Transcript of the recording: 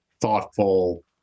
thoughtful